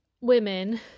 women